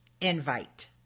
invite